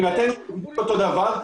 מבחינתנו זה אותו דבר.